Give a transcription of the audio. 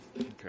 Okay